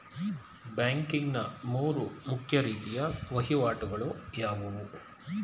Banking ನ ಮೂರು ಮುಖ್ಯ ರೀತಿಯ ವಹಿವಾಟುಗಳು ಯಾವುವು?